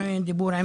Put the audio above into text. היה